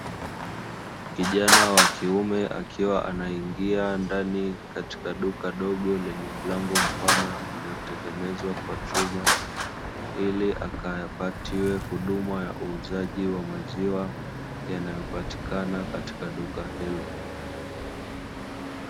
Kijana wa kiume akiwa anaingia ndani katika duka dogo lenye mlango mpana uliotengenezwa kwa chuma, ili akapatiwe huduma ya uuzaji wa maziwa yanayo patikana katika duka hilo.